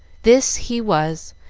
this he was,